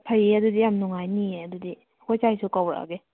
ꯐꯩꯌꯦ ꯑꯗꯨꯗꯤ ꯌꯥꯝ ꯅꯨꯡꯉꯥꯏꯅꯤꯌꯦ ꯑꯗꯨꯗꯤ ꯑꯩꯈꯣꯏ ꯁꯥꯏꯁꯨ ꯀꯧꯔꯛꯑꯒꯦ